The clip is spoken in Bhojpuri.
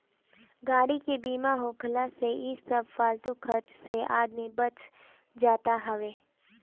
गाड़ी के बीमा होखला से इ सब फालतू खर्चा से आदमी बच जात हअ